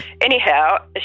Anyhow